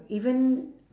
even